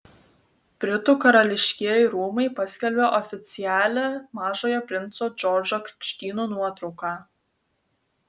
britų karališkieji rūmai paskelbė oficialią mažojo princo džordžo krikštynų nuotrauką